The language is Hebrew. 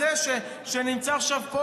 אפשר לחשוב.